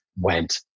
went